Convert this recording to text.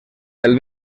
del